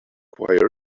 quiet